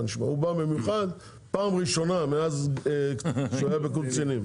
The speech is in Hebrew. הוא בא במיוחד פעם ראשונה מאז שהיה בקורס קצינים,